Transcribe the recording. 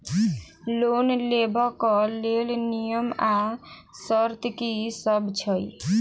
Loan लेबऽ कऽ लेल नियम आ शर्त की सब छई?